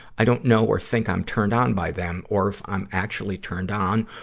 i don't know or think i'm turned on by them, or if i'm actually turned on,